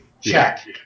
check